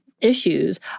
issues